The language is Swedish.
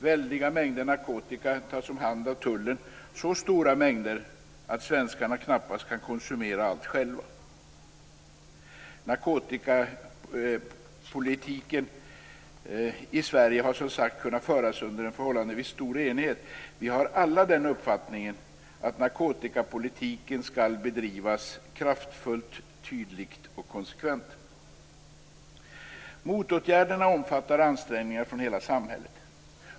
Väldiga mängder narkotika tas om hand av tullen, så stora mängder att svenskarna knappast kan konsumera allt själva. Narkotikapolitiken i Sverige har som sagt kunnat föras under en förhållandevis stor enighet. Vi har alla den uppfattningen att narkotikapolitiken skall bedrivas kraftfullt, tydligt och konsekvent. Motåtgärderna omfattar ansträngningar från hela samhället.